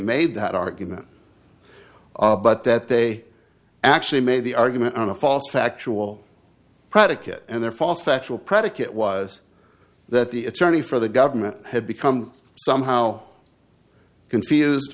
made that argument but that they actually made the argument on a false factual predicate and their false factual predicate was that the attorney for the government had become somehow confused